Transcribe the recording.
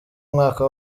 umwaka